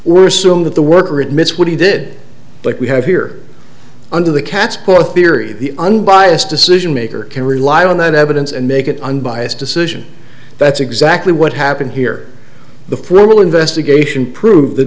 were soon that the worker admits what he did but we have here under the cat's poor theory unbiased decision maker can rely on that evidence and make it unbiased decision that's exactly what happened here the formal investigation prove that